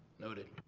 noted.